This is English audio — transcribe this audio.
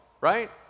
right